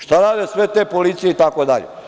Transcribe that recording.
Šta rade sve te policije itd?